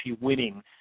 winning